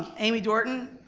amy dorton,